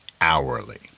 hourly